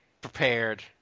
prepared